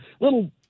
little